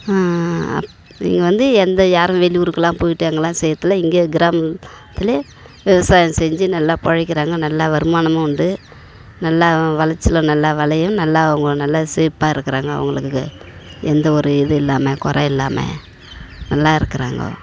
இங்கே வந்து எந்த யாரும் வெளியூருக்கெலாம் போயிட்டு அங்கெலாம் செய்றதில்லை இங்கே கிராமத்தில் விவசாயம் செஞ்சு நல்லா பிழைக்கிறாங்க நல்லா வருமானமும் உண்டு நல்ல வெளைச்சலும் நல்லா வெளையும் நல்ல அவங்க நல்ல செழிப்பாக இருக்குறாங்க அவங்களுக்கு எந்தவொரு இதுவும் இல்லாமல் கொறை இல்லாமல் நல்லா இருக்கிறாங்கோ